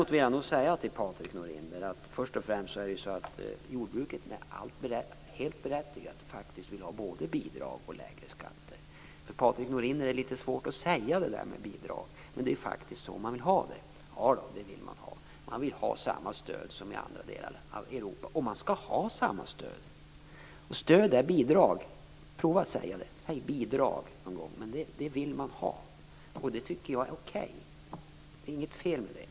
Till Patrik Norinder vill jag säga att jordbruket helt berättigat faktiskt vill ha både bidrag och lägre skatter. För Patrik Norinder är detta med bidrag litet svårt att säga, men det är faktiskt så man vill ha det. Ja, man vill ha samma stöd som de får i andra delar av Europa, och man skall ha samma stöd. Stöd är bidrag. Prova att säga det! Säg bidrag någon gång! Det vill man ha, och det tycker jag är okej. Det är inget fel med det.